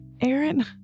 Aaron